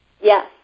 yes